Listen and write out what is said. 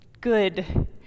good